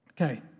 Okay